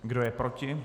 Kdo je proti?